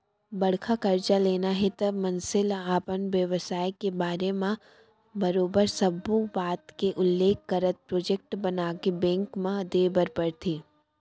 बड़का करजा लेना हे त मनसे ल अपन बेवसाय के बारे म बरोबर सब्बो बात के उल्लेख करत प्रोजेक्ट बनाके बेंक म देय बर परथे